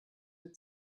mir